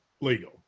legal